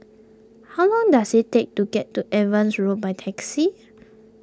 how long does it take to get to Evans Road by taxi